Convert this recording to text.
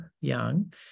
Young